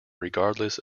regardless